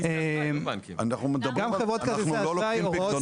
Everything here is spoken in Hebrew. בנק לוקח פיקדונות; אנחנו לא לוקחים פיקדונות.